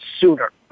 sooner